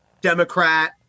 Democrat